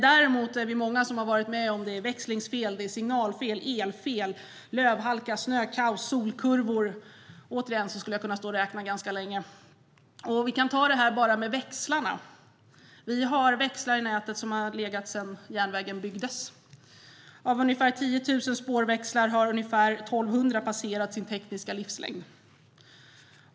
Däremot är vi många som har varit med om växlingsfel, signalfel, elfel, lövhalka, snökaos och solkurvor. Återigen skulle jag kunna stå och räkna upp ganska länge. Vi kan ta bara det här med växlarna. Vi har växlar i nätet som har legat sedan järnvägen byggdes. Av ungefär 10 000 spårväxlar har ungefär 1 200 passerat sin tekniska livslängd.